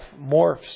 morphs